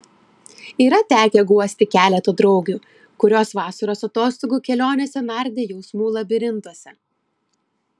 yra tekę guosti keletą draugių kurios vasaros atostogų kelionėse nardė jausmų labirintuose